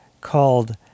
called